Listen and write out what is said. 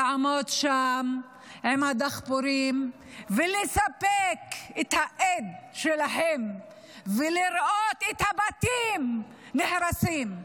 לעמוד שם עם הדחפורים ולספק את האיד שלהם ולראות את הבתים נהרסים.